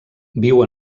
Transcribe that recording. viu